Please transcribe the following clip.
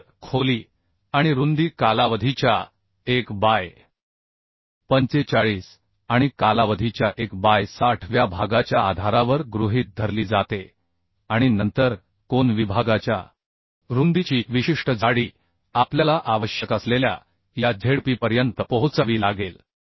तर खोली आणि रुंदी कालावधीच्या 1 बाय 45 आणि कालावधीच्या 1 बाय 60 व्या भागाच्या आधारावर गृहीत धरली जाते आणि नंतर कोन विभागाच्या रुंदीची विशिष्ट जाडी आपल्याला आवश्यक असलेल्या या Z p पर्यंत पोहोचावी लागेल